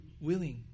willing